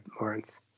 Lawrence